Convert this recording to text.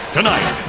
Tonight